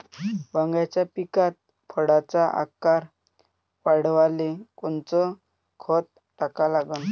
वांग्याच्या पिकात फळाचा आकार वाढवाले कोनचं खत टाका लागन?